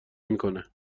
میکنه